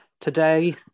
Today